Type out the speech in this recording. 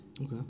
Okay